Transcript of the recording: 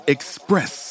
Express